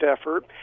effort